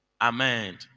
amen